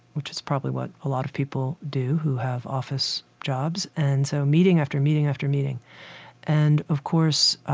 which is probably what a lot of people do who have office jobs. and so meeting after meeting after meeting and, of course,